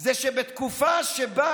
זה שבתקופה שבה